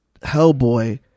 Hellboy